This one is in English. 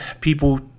people